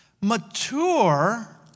mature